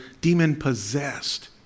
demon-possessed